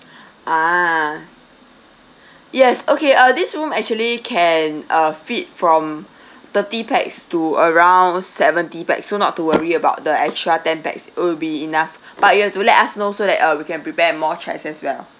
ah yes okay uh this room actually can uh fit from thirty pax to around seventy pax so not to worry about the extra ten pax it will be enough but you have to let us know so that uh we can prepare more chair as well